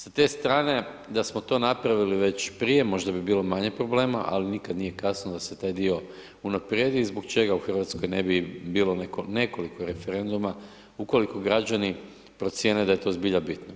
Sa te strane da smo to napravili već prije, možda bi bilo manje problema, ali nikad nije kasno da se taj dio unaprijedi zbog čega u Hrvatskoj ne bi bilo nekoliko referenduma ukoliko građani procjene da je to zbilja bitno.